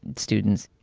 students.